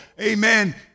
amen